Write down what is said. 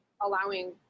allowing